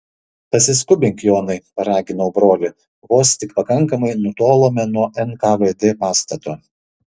pasiskubink jonai paraginau brolį vos tik pakankamai nutolome nuo nkvd pastato